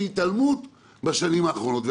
והתעלמות בשנים האחרונות.